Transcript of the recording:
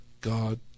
God